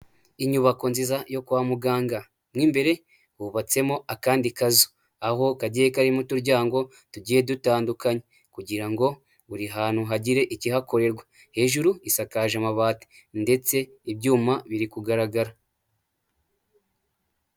Inyubako nziza yo kwa muganga. Mu imbere hubatsemo akandi kazu aho kagiye karimo uturyango tugiye dutandukanye kugira ngo buri hantu hagire ikihakorerwa. Hejuru isakaje amabati ndetse ibyuma biri kugaragara.